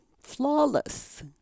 Flawless